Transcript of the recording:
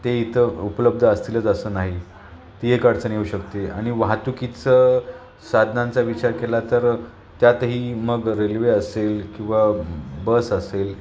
ते इथं उपलब्ध असतीलंच असं नाही ती एक अडचण येऊ शकते आणि वाहतुकीचं साधनांचा विचार केला तर त्यातही मग रेल्वे असेल किंवा बस असेल